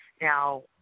now